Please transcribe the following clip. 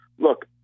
Look